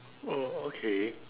oh okay